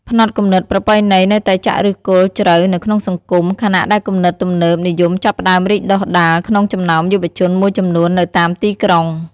ផ្នត់គំនិតប្រពៃណីនៅតែចាក់ឫសគល់ជ្រៅនៅក្នុងសង្គម ខណៈដែលគំនិតទំនើបនិយមចាប់ផ្តើមរីកដុះដាលក្នុងចំណោមយុវជនមួយចំនួននៅតាមទីក្រុង។